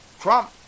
Trump